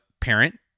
parent